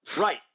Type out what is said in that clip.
Right